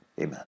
amen